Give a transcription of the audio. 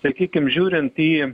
sakykim žiūrint į